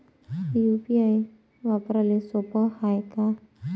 UPI वापराले सोप हाय का?